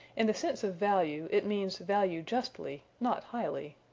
in the sense of value, it means value justly, not highly.